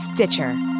Stitcher